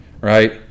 right